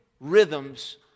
rhythms